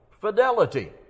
fidelity